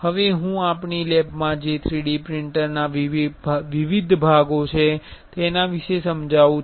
હવે હું આપણી લેબમાં જે 3D પ્રિંટરના વિવિધ ભાગો છે તેના વિશે સમજાવું છું